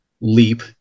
leap